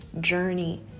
journey